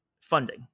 funding